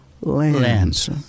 lands